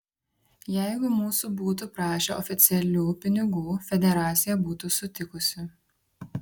jeigu mūsų būtų prašę oficialių pinigų federacija būtų sutikusi